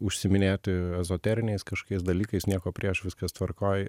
užsiiminėti ezoteriniais kažkokiais dalykais nieko prieš viskas tvarkoj